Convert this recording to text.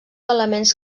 elements